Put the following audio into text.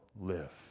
live